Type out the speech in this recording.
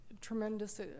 Tremendous